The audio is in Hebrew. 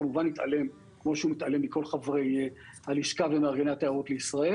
כמובן שהוא התעלם כמו שהוא מתעלם מכל חברי הלשכה ומארגני התיירות לישראל